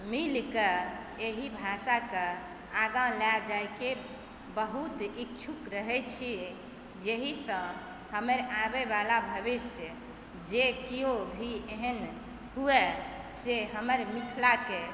मिलिकऽ एहि भाषाकेँ आगा लए जायके बहुत इच्छुक रहैत छी जाहिसँ हमर आबैवला भविष्य जे केओ भी एहन हुए से हमर मिथिलाके